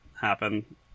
happen